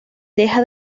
deja